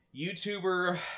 YouTuber